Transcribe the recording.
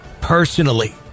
personally